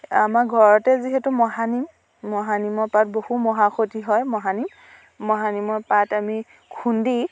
আমাৰ ঘৰতে যিহেতু মহানিম মহানিমৰ পাত বহু মহাঔষধি হয় মহানিম মহানিমৰ পাত আমি খুন্দি